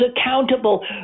accountable